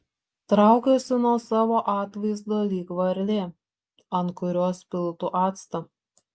traukiuosi nuo savo atvaizdo lyg varlė ant kurios piltų actą